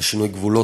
לשינוי גבולות,